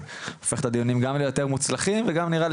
הופך את הדיונים גם ליותר מוצלחים וגם נראה לי